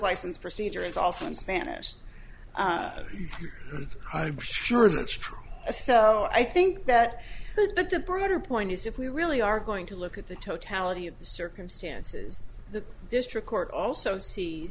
license procedure is also in spanish i'm sure that's true so i think that the broader point is if we really are going to look at the totality of the circumstances the district court also